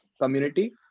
community